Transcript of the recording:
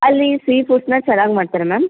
ಅಲ್ಲೀ ಸೀ ಫುಡ್ಸ್ನ ಚೆನ್ನಾಗಿ ಮಾಡ್ತಾರೆ ಮ್ಯಾಮ್